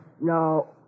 No